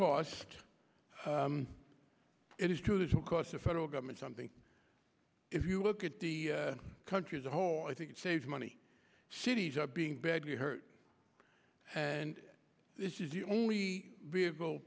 cost it is true this will cost the federal government something if you look at the country as a whole i think it saves money cities being badly hurt and this is the only vehicle